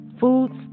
foods